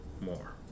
more